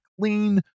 clean